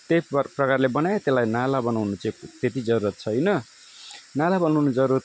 त्यही प्रकारले बनायो त्यसलाई नाला बनाउनु चाहिँ त्यति जरुरत छैन नाला बनाउनु जरुरत